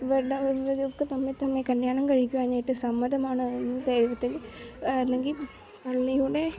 ഇവരുടെ ഇവർക്ക് തമ്മിൽ തമ്മിൽ കല്യാണം കഴിക്കുവാനായിട്ട് സമ്മതമാണോ എന്ന് ദൈവത്തിൽ അല്ലെങ്കിൽ പള്ളിയുടെ